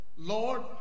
Lord